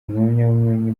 impamyabumenyi